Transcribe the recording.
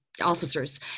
officers